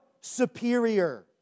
superior